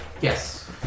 Yes